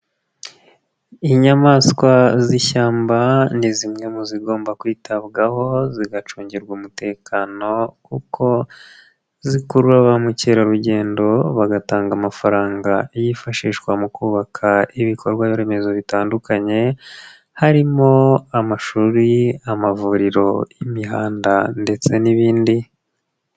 Inyamaswa z'ishyamba ni zimwe mu zigomba kwitabwaho, zigacungirwa umutekano kuko zikurura ba mukerarugendo bagatanga amafaranga yifashishwa mu kubaka ibikorwaremezo bitandukanye, harimo amashuri, amavuriro, imihanda ndetse n'ibindi.